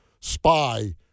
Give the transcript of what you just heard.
spy